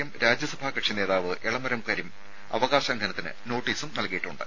M Rajya Sabha കക്ഷി നേതാവ് എളമരം കരീം അവകാശ ലംഘനത്തിന് നോട്ടീസും നൽകിയിട്ടുണ്ട്